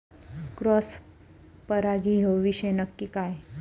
Cross परागी ह्यो विषय नक्की काय?